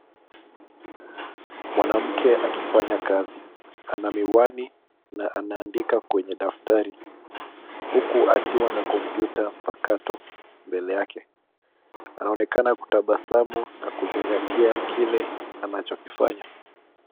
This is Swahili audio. Mwanamke akifanya kazi ana miwani na anaandika kwenye daftari huku akiwa na kompyuta mpakato mbele yake. Anaonekana akitabasamu na kuzingatia kile anachokifanya.